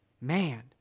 man